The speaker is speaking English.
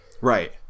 right